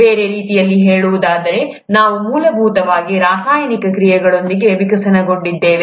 ಬೇರೆ ರೀತಿಯಲ್ಲಿ ಹೇಳುವುದಾದರೆ ನಾವು ಮೂಲಭೂತವಾಗಿ ರಾಸಾಯನಿಕ ಕ್ರಿಯೆಗಳಿಂದ ವಿಕಸನಗೊಂಡಿದ್ದೇವೆ